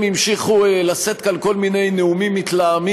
הם המשיכו לשאת כאן כל מיני נאומים מתלהמים